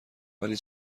ولی